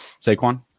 Saquon